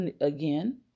again